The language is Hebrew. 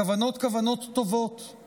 הכוונות הן כוונות טובות,